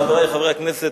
חברי חברי הכנסת,